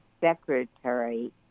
secretary